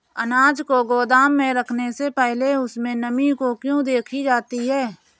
अनाज को गोदाम में रखने से पहले उसमें नमी को क्यो देखी जाती है?